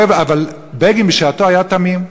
בגין בשעתו היה תמים.